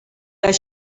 that